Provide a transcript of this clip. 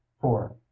four